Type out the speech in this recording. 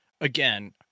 again